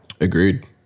Agreed